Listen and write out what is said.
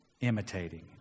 Imitating